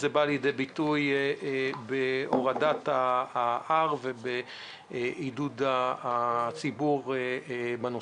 זה בא לידי ביטוי בהורדת ה-R ובעידוד הציבור בנושא.